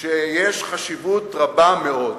שיש חשיבות רבה מאוד